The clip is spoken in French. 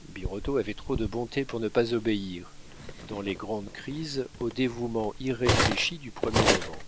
birotteau avait trop de bonté pour ne pas obéir dans les grandes crises au dévouement irréfléchi du premier moment